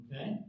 okay